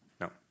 No